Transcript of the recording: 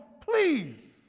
please